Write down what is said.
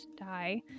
die